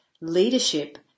Leadership